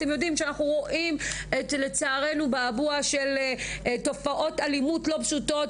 אתם יודעים שאנחנו רואים לצערנו תופעות אלימות לא פשוטות,